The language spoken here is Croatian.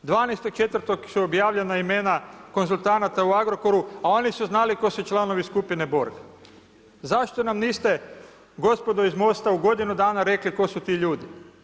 12.4. su objavljena imena konzultanata u Agrokoru, a oni su znali tko su članovi skupine Borg, zašto nam niste gospodo iz MOST-a u godinu dana rekli tko su ti ljudi?